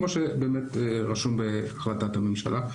כמו שרשום בהחלטת הממשלה.